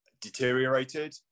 deteriorated